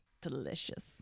Delicious